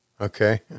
Okay